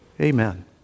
Amen